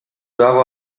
dago